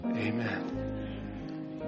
Amen